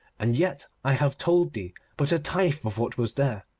and yet i have told thee but a tithe of what was there.